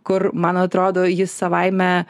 kur man atrodo jis savaime